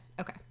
Okay